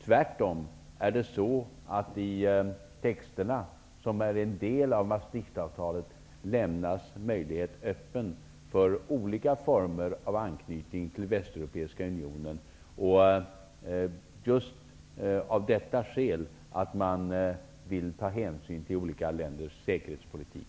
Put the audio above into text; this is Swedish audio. Tvärtom lämnas i texterna, som utgör en del av Maastrichtavtalet, möjlighet öppen för olika former av anknytning till Västeuropeiska unionen, just av det skälet att man vill ta hänsyn till olika länders säkerhetspolitik.